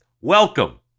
Welcome